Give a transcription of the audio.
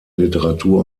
literatur